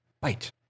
bite